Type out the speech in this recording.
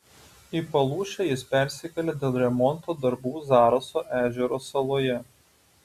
į palūšę jis persikėlė dėl remonto darbų zaraso ežero saloje